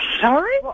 sorry